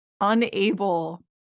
unable